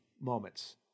moments